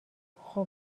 خوب